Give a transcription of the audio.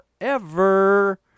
forever